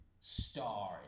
star